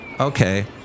Okay